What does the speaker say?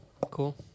cool